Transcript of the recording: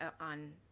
on